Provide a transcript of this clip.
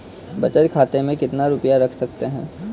बचत खाते में कितना रुपया रख सकते हैं?